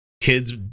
kids